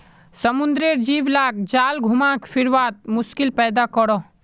समुद्रेर जीव लाक जाल घुमा फिरवात मुश्किल पैदा करोह